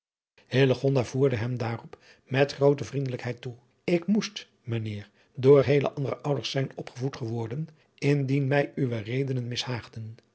voerde hem daarop met groote vriendelijkheid toe ik moest mijn heer door heele andere ouders zijn opgevoed geworden indien mij uwe redenen